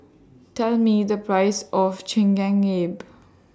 Tell Me The Price of Chigenabe